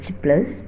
plus